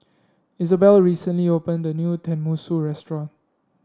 Izabelle recently opened a new Tenmusu restaurant